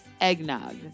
Eggnog